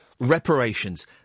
Reparations